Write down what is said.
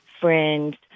friends